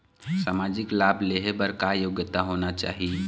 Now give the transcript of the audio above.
सामाजिक लाभ लेहे बर का योग्यता होना चाही?